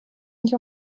mich